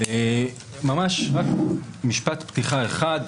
רק משפט פתיחה אחד.